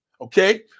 Okay